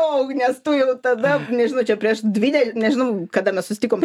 o nes tu jau tada nežinau čia prieš dvi ne nežinau kada mes susitikom